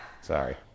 Sorry